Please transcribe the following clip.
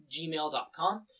gmail.com